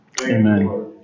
Amen